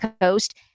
Coast